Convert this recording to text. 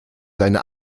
seine